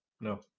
No